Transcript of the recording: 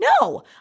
no